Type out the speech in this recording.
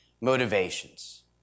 motivations